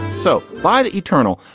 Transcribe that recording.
so by the eternal.